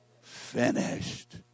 finished